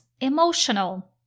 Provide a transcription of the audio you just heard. emotional